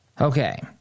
okay